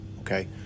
Okay